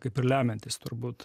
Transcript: kaip ir lemiantis turbūt